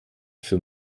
für